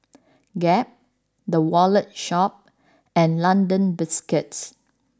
Gap The Wallet Shop and London Biscuits